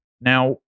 Now